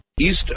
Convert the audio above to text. East